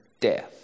death